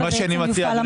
אני מציע,